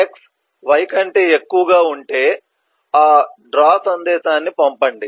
x y కంటే ఎక్కువగా ఉంటే ఆ డ్రా సందేశాన్ని పంపండి